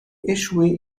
échoué